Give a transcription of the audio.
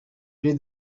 rio